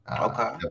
Okay